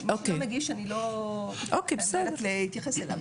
מי שלא מגיש אני לא יודעת להתייחס אליו.